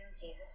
Jesus